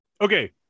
okay